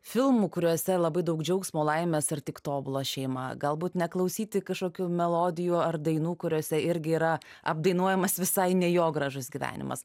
filmų kuriuose labai daug džiaugsmo laimės ar tik tobula šeima galbūt neklausyti kažkokių melodijų ar dainų kuriose irgi yra apdainuojamas visai ne jo gražus gyvenimas